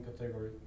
category